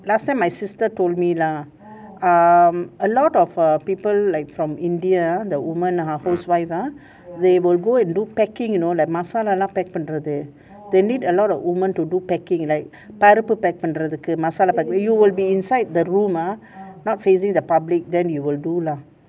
last time my sister told me lah um a lot of uh people like from india ah the woman housewives ah they will go and do packing you know like masala லாம்பண்றது:masala lam pandrathu they need a lot of women to do packing like paruppu pack பண்றதுக்கு:pandrathuku you will be inside the room ah not facing the public then you will do lah